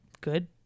good